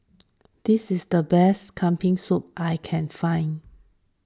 this is the best Kambing Soup I can find